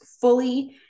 fully